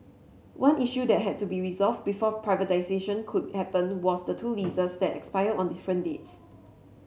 one issue that had to be resolved before privatisation could happen was the two leases that expire on different dates